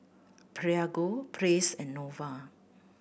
Prego Praise and Nova